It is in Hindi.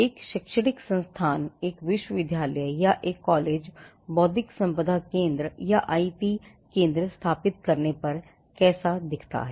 एक शैक्षणिक संस्थान एक विश्वविद्यालय या एक कॉलेज बौद्धिक संपदा केंद्र या आईपी केंद्र स्थापित करने पर कैसा दिखता है